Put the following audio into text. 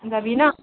যাবি ন